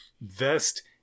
Vest